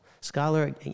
scholar